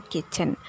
Kitchen